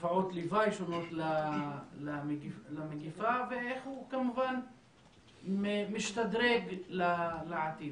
ותופעות לוואי שונות למגפה ואיך הוא כמובן משתדרג לעתיד,